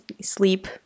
sleep